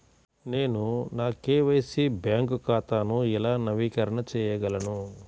నేను నా KYC bank ఖాతాను ఎలా నవీకరణ చేయగలను?